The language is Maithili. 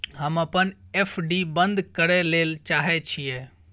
हम अपन एफ.डी बंद करय ले चाहय छियै